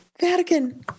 Vatican